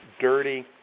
dirty